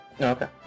okay